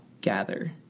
gather